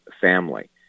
family